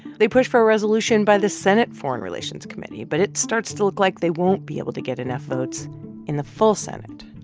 they push for a resolution by the senate foreign relations committee, but it starts to look like they won't be able to get enough votes in the full senate.